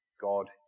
God